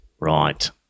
Right